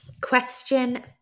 Question